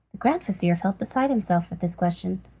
the grand-vizir felt beside himself at this question.